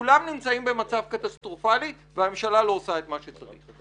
שכולם נמצאים במצב קטסטרופלי והממשלה לא עושה את מה שצריך.